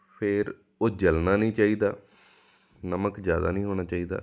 ਫੇਰ ਉਹ ਜਲਣਾ ਨਹੀਂ ਚਾਹੀਦਾ ਨਮਕ ਜ਼ਿਆਦਾ ਨਹੀਂ ਹੋਣਾ ਚਾਹੀਦਾ